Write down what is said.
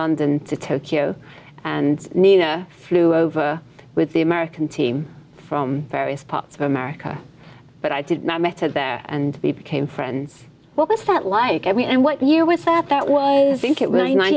london to tokyo and nina flew over with the american team from various parts of america but i did my method there and we became friends what was that like i mean and what year was that that was think it really